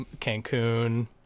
Cancun